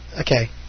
okay